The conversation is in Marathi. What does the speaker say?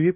व्ही